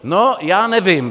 No, já nevím.